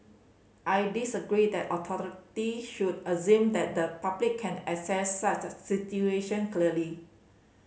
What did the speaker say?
I disagree that authority should assume that the public can assess such a situation clearly